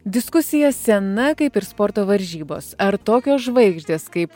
diskusija sena kaip ir sporto varžybos ar tokios žvaigždės kaip